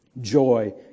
Joy